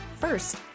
First